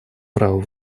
права